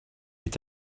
est